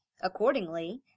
Accordingly